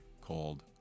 called